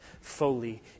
fully